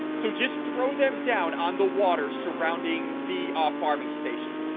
so just throw them down on the water surrounding the farming station